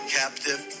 captive